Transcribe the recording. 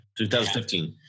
2015